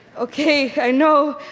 okay, i know,